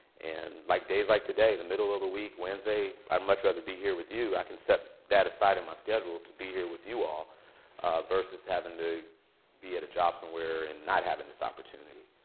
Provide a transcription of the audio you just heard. and like days like today, the middle of the week, wednesday, i'd much rather be here with you. i can set that aside in my schedule to be here with you all versus having to be at a job somewhere and not having this opportunity.